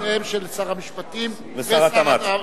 הסתייגותם של שר המשפטים ושר התמ"ת.